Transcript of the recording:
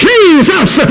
Jesus